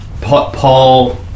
Paul